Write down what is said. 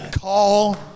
Call